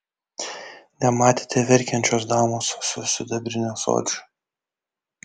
nematėte verkiančios damos su sidabriniu ąsočiu